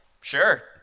Sure